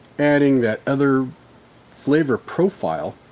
adding that other flavor profile